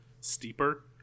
steeper